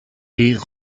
des